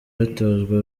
batozwa